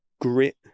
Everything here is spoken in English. grit